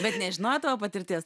bet nežinojo tavo patirties